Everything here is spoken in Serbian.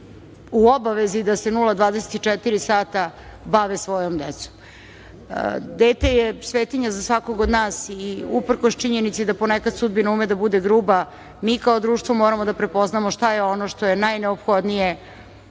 u obavezi da se 00-24 sata bave svojom decom. Dete je svetinja za svakog od nas i uprkos činjenici da ponekad sudbina ume da bude gruba, mi kao društvo moramo da prepoznamo šta je ono što je najneophodnije,